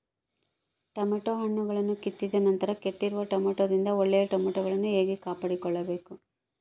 Tomato ಹಣ್ಣುಗಳನ್ನು ಕಿತ್ತಿದ ನಂತರ ಕೆಟ್ಟಿರುವ ಟೊಮೆಟೊದಿಂದ ಒಳ್ಳೆಯ ಟೊಮೆಟೊಗಳನ್ನು ಹೇಗೆ ಕಾಪಾಡಿಕೊಳ್ಳಬೇಕು?